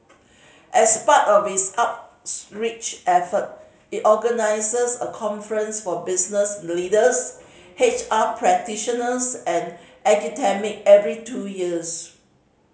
as part of its effort it organises a conference for business leaders H R practitioners and academic every two years